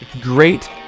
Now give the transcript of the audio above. great